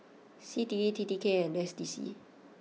C T E T T K and S D C